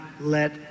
let